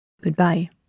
Goodbye